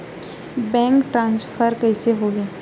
Bank transfer कइसे होही?